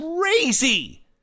crazy